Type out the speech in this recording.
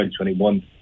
2021